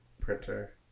printer